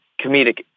comedic